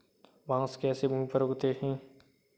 बांस कैसे भूमि पर उगते हैं?